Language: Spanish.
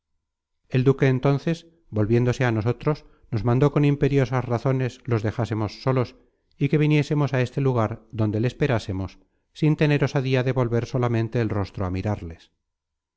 el duque entonces volviéndose á nosotros nos mandó con imperiosas razones los dejásemos solos y que viniesemos á este lugar donde le esperásemos sin tener osadía de volver solamente el rostro